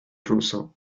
ruso